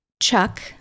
chuck